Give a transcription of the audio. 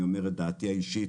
אני אומר את דעתי האישית.